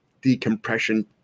decompression